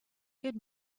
good